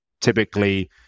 typically